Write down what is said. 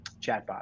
Chatbot